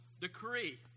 decree